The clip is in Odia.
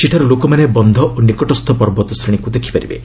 ସେଠାରୁ ଲୋକମାନେ ବନ୍ଧ ଓ ନିକଟସ୍ଥ ପର୍ବତଶ୍ରେଣୀକୁ ଦେଖିପାରିବେ